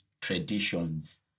traditions